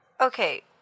Okay